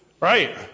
right